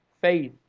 faith